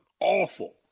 awful